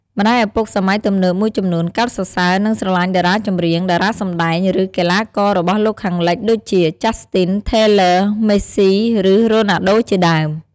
ម្ដាយឪពុកសម័យទំនើបមួយចំនួនកោតសរសើរ និង ស្រឡាញ់តារាចម្រៀង តារាសម្ដែង ឬ កីឡាកររបស់លោកខាងលិច ដូចជា ចាស់ស្ទីន ថេលើ ម៊េសសុី ឬ រ៉ូណាល់ដូជាដើម។